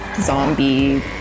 zombie